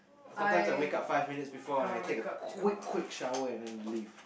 sometimes I wake up five minutes before and I take a quick quick shower and then leave